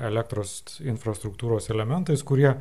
elektros infrastruktūros elementais kurie